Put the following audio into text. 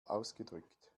ausgedrückt